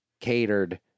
catered